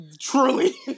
truly